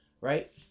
right